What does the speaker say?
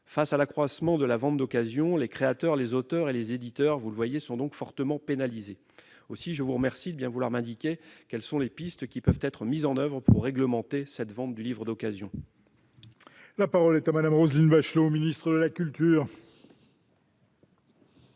Face à l'accroissement de la vente d'occasion, les créateurs, les auteurs et les éditeurs, vous le voyez, sont fortement pénalisés. Aussi, je vous remercie de bien vouloir m'indiquer quelles sont les pistes qui peuvent être mises en oeuvre pour réglementer cette vente du livre d'occasion. La parole est à Mme la ministre. Monsieur